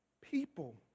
people